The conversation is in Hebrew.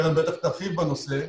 קרן בטח תרחיב בנושא,